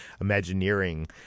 Imagineering